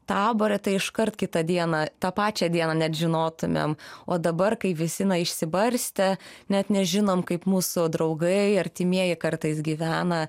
tabore tai iškart kitą dieną tą pačią dieną net žinotumėm o dabar kai visi na išsibarstę net nežinom kaip mūsų draugai artimieji kartais gyvena